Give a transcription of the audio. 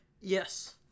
yes